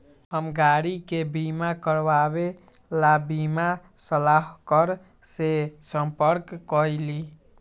हम गाड़ी के बीमा करवावे ला बीमा सलाहकर से संपर्क कइली